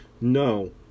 No